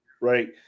right